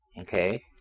Okay